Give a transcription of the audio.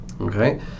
okay